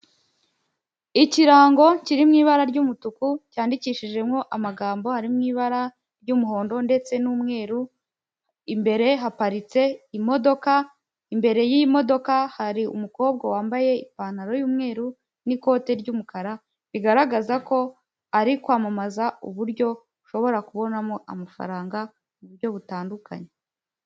Ikirango kiri mu ibara ry'umutuku cyandikishijemo amagambo ari mu ibara ry'umuhondo ndetse n'umweru, imbere haparitse imodoka, imbere y'iyi modoka hari umukobwa wambaye ipantaro y'umweru n'ikote ry'umukara, bigaragaza ko ari kwamamaza uburyo ushobora kubonamo amafaranga mu buryo butandukanye.